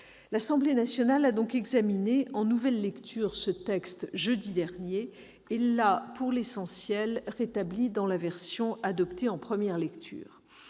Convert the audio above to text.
L'Assemblée nationale a donc examiné ce texte en nouvelle lecture jeudi dernier et l'a pour l'essentiel rétabli dans sa version adoptée en première lecture.